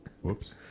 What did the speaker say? Whoops